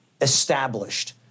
established